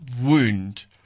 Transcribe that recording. wound